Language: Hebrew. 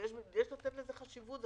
ויש לתת לזה חשיבות.